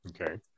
Okay